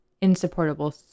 insupportable